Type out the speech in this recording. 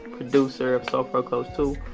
producer of so far close two.